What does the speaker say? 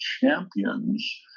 champions